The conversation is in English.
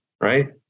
right